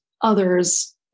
others